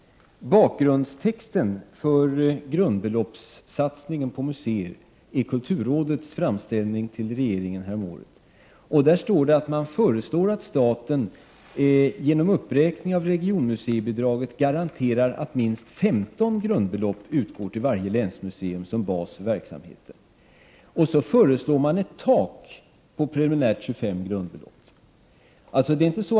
Bakgrundstexten beträffande grundbeloppssatsningen på museer är kulturrådets framställning till regeringen häromåret. Där står det att man föreslår att staten genom uppräkning av regionmuseibidraget garanterar att minst 15 grundbelopp utgår till varje länsmuseum som bas för verksamheten. Sedan föreslår man ett tak på preliminärt 25 grundbelopp.